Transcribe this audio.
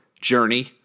journey